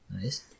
Nice